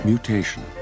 Mutation